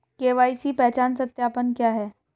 KYC पहचान सत्यापन क्या है?